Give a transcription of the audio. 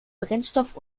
brennstoff